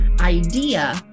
idea